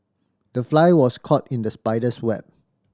the fly was caught in the spider's web